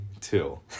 two